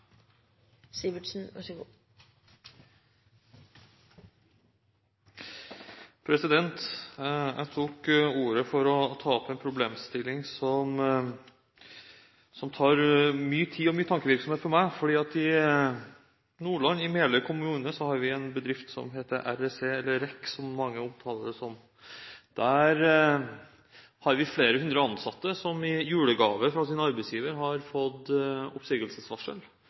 Jeg tok ordet for å ta opp en problemstilling som tar mye tid og tankevirksomhet for meg. I Meløy kommune i Nordland har vi en bedrift som heter REC. Der har vi flere hundre ansatte som i julegave fra sin arbeidsgiver har fått oppsigelsesvarsel.